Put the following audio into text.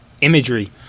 imagery